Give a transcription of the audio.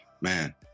man